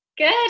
Good